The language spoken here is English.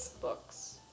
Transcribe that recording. Books